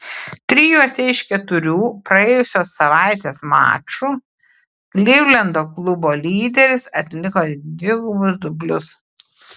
trijuose iš keturių praėjusios savaitės mačų klivlendo klubo lyderis atliko dvigubus dublius